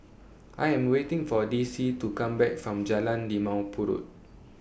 I Am waiting For Dicie to Come Back from Jalan Limau Purut